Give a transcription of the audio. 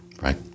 Right